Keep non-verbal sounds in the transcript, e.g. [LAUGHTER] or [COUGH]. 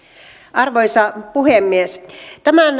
arvoisa puhemies tämän [UNINTELLIGIBLE]